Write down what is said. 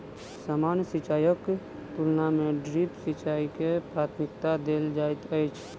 सामान्य सिंचाईक तुलना मे ड्रिप सिंचाई के प्राथमिकता देल जाइत अछि